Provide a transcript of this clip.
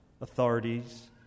authorities